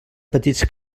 petits